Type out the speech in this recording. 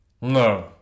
no